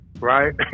Right